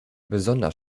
besonders